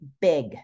Big